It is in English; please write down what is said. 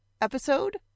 episode